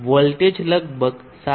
voltage લગભગ 7